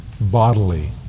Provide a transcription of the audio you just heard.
bodily